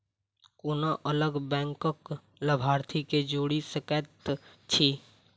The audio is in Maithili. कोना अलग बैंकक लाभार्थी केँ जोड़ी सकैत छी?